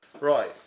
Right